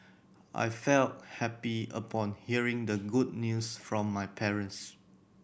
I felt happy upon hearing the good news from my parents